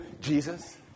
Jesus